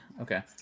okay